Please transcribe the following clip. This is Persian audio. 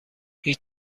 هیچ